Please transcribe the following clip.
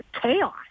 chaos